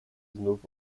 znów